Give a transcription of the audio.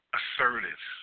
assertive